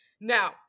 now